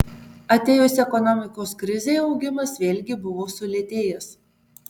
atėjus ekonomikos krizei augimas vėlgi buvo sulėtėjęs